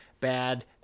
bad